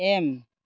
M